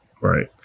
Right